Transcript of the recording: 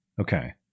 Okay